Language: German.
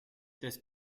des